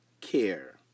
care